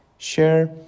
Share